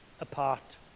apart